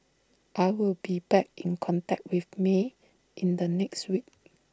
I will be back in contact with may in the next week